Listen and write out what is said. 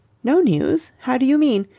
no news? how do you mean?